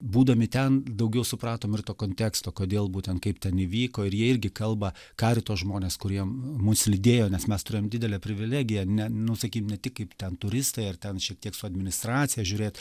būdami ten daugiau supratom ir to konteksto kodėl būtent kaip ten įvyko ir jie irgi kalba karito žmonės kurie mus lydėjo nes mes turim didelę privilegiją ne nu sakyt ne tik kaip ten turistai ar ten šiek tiek su administracija žiūrėt